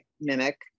mimic